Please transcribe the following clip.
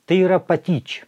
tai yra patyčia